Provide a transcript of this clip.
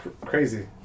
Crazy